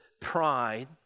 pride